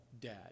dad